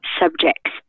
subjects